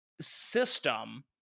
system